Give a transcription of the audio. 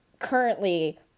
currently